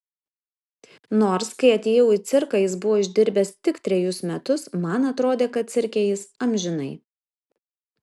nors kai atėjau į cirką jis buvo išdirbęs tik trejus metus man atrodė kad cirke jis amžinai